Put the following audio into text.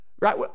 Right